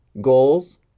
goals